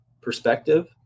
perspective